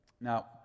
Now